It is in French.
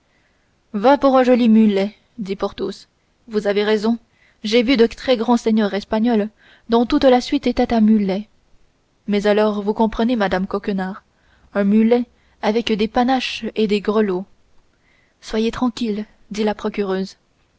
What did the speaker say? va pour un joli mulet dit porthos vous avez raison j'ai vu de très grands seigneurs espagnols dont toute la suite était à mulets mais alors vous comprenez madame coquenard un mulet avec des panaches et des grelots soyez tranquille dit la